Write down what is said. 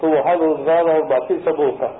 तो वहां रोजगार और बाकी सब होगा है